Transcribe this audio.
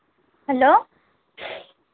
hello